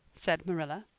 said marilla.